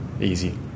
easy